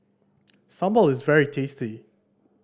sambal is very tasty